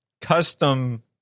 custom